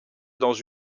dans